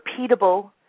repeatable